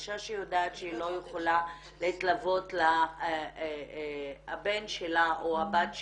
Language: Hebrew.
אישה שיודעת שהיא לא יכולה להתלוות לבן שלה או לבת שלה.